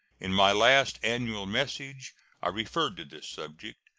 in my last annual message i referred to this subject,